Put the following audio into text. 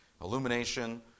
illumination